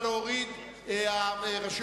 סעיף